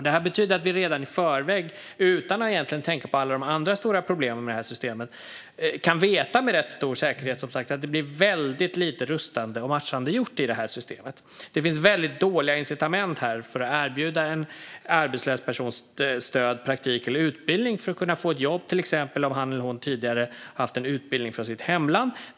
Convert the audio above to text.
Det här betyder att vi redan i förväg, utan att egentligen tänka på alla de andra stora problemen med det här systemet, med rätt stor säkerhet kan veta att det blir väldigt lite rustande och matchande gjort i det här systemet. Det finns väldigt dåliga incitament för att erbjuda en arbetslös person stöd, praktik eller utbildning för att kunna få jobb, till exempel om han eller hon tidigare har haft en utbildning från sitt hemland.